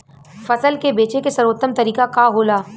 फसल के बेचे के सर्वोत्तम तरीका का होला?